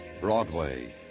Broadway